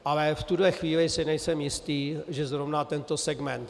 Ale v tuto chvíli si nejsem jistý, že zrovna tento segment.